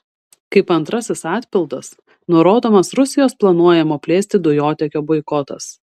kaip antrasis atpildas nurodomas rusijos planuojamo plėsti dujotiekio boikotas